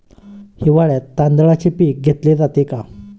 हिवाळ्यात तांदळाचे पीक घेतले जाते का?